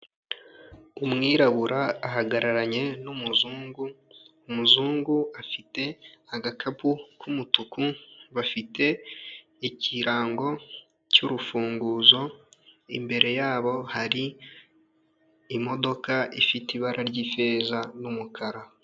Umwirabura ahagararanye n'umuzungu, umuzungu afite agakapu k'umutuku, bafite ikirango cy'urufunguzo, imbere yabo hari imodoka ifite ibara ry'ifeza n'umukara.